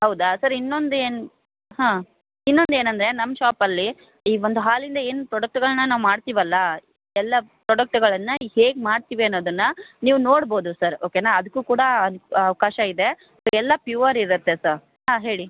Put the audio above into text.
ಹೌದ ಸರ್ ಇನ್ನೊಂದು ಏನು ಹಾಂ ಇನ್ನೊಂದು ಏನಂದರೆ ನಮ್ಮ ಶಾಪಲ್ಲಿ ಈ ಒಂದು ಹಾಲಿಂದ ಏನು ಪ್ರಾಡಕ್ಟ್ಗಳನ್ನು ನಾವು ಮಾಡ್ತೀವಲ್ಲ ಎಲ್ಲ ಪ್ರಾಡಕ್ಟ್ಗಳನ್ನು ಹೇಗೆ ಮಾಡ್ತೀವಿ ಅನ್ನೋದನ್ನು ನೀವು ನೋಡ್ಬೋದು ಸರ್ ಓಕೆನಾ ಅದಕ್ಕೂ ಕೂಡ ಅವಕಾಶ ಇದೆ ಇದು ಎಲ್ಲ ಪ್ಯುವರ್ ಇರುತ್ತೆ ಸರ್ ಹಾಂ ಹೇಳಿ